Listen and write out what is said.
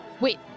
Wait